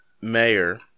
Mayor